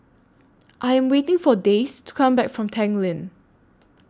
I Am waiting For Dayse to Come Back from Tanglin